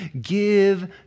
Give